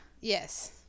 Yes